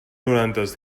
noranta